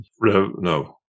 No